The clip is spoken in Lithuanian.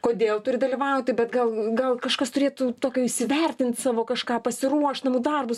kodėl turi dalyvauti bet gal gal kažkas turėtų tokio įsivertinti savo kažką pasiruošt namų darbus